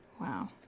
Wow